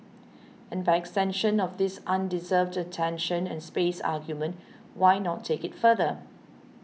and by extension of this undeserved attention and space argument why not take it further